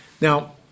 Now